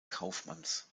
kaufmanns